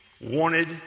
wanted